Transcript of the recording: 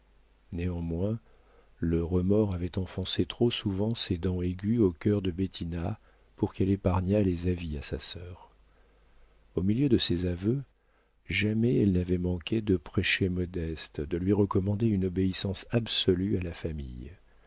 néanmoins le remords avait enfoncé trop souvent ses dents aiguës au cœur de bettina pour qu'elle épargnât les avis à sa sœur au milieu de ses aveux jamais elle n'avait manqué de prêcher modeste de lui recommander une obéissance absolue à la famille